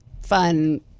fun